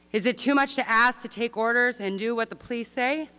is it too much to ask to take orders and do what the police say?